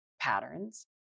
patterns